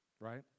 right